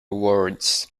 words